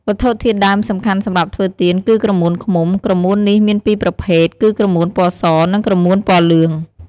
វត្ថុធាតុដើមសំខាន់សម្រាប់ធ្វើទៀន គឺក្រមួនឃ្មុំ ក្រមួននេះមានពីរប្រភេទ គឺក្រមួនពណ៌ស និងក្រមួនពណ៌លឿង។